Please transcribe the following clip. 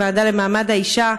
הוועדה למעמד האישה.